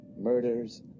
murders